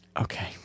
Okay